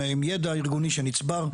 עם ידע ארגוני שנצבר.